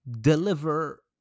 deliver